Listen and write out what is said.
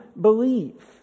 believe